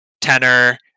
tenor